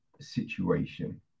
situation